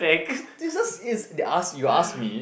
is they just is they ask you ask me